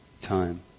time